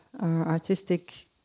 artistic